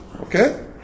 Okay